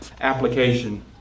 application